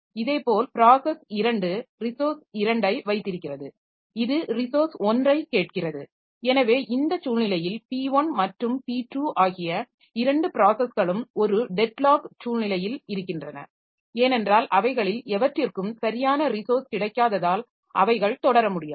இதேபோல் process 2 resource 2 ஐ வைத்திருக்கிறது இது ரிசோர்ஸ் 1 ஐக் கேட்கிறது எனவே இந்த சூழ்நிலையில் P1 மற்றும் P2 ஆகிய இரண்டு ப்ராஸஸ்களும் ஒரு டெட்லாக் சூழ்நிலையில் இருக்கின்றன ஏனென்றால் அவைகளில் எவற்றிற்க்கும் சரியான ரிசோர்ஸ் கிடைக்காததால் அவைகள் தொடர முடியாது